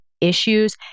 issues